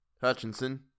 Hutchinson